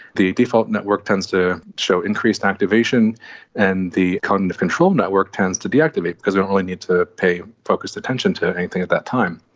the default network tends to show increased activation and the cognitive control network tends to deactivate because we only need to pay focused attention to anything at that time.